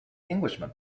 englishman